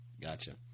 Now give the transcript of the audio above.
Gotcha